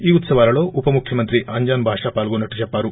ఈ ఉత్సవాలలో ఉపముఖ్యమంత్రి అంజద్ భాషా పాల్గొన్నట్లు చెప్పారు